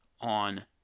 on